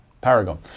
Paragon